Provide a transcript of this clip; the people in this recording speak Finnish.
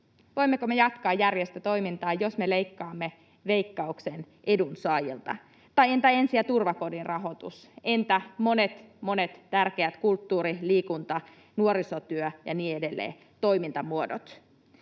Voimmeko me jatkaa järjestötoimintaa, jos me leikkaamme Veikkauksen edunsaajilta? Tai entä ensi- ja turvakodin rahoitus? Entä monet monet tärkeät kulttuuri, liikunta, nuorisotyö ja niin edelleen toimintamuodot?